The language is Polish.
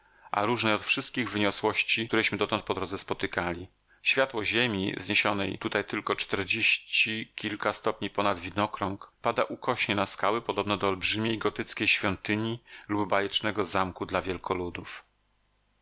a różnej od wszystkich wyniosłości któreśmy dotąd po drodze spotykali światło ziemi wzniesionej tutaj tylko czterdzieści kilka stopni ponad widnokrąg pada ukośnie na skały podobne do olbrzymiej gotyckiej świątyni lub bajecznego zamku dla